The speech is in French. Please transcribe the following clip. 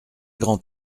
grand